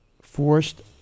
forced